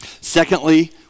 Secondly